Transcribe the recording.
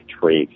traits